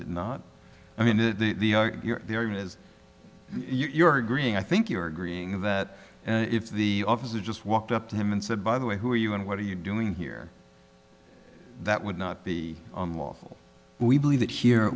it not i mean as you're agreeing i think you're agreeing that if the officer just walked up to him and said by the way who are you and what are you doing here that would not be lawful we believe that here